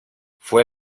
fue